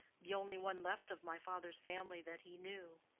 the only one left of my father's family that he knew.